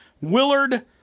Willard